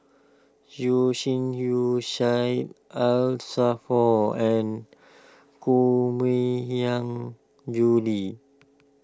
Yeo Shih Yun Syed for and Koh Mui Hiang Julie